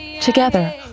Together